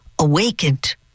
awakened